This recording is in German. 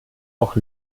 auch